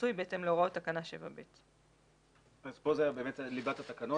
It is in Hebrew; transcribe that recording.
לניסוי בהתאם להוראות תקנה 7ב". זאת ליבת התקנות.